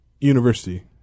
university